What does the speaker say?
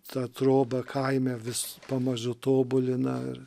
tą trobą kaime vis pamažu tobulina ir